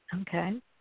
okay